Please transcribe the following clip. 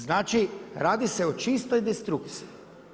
Znači radi se o čistoj destrukciji.